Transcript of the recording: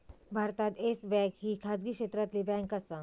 भारतात yes bank ही खाजगी क्षेत्रातली बँक आसा